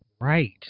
Right